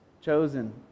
Chosen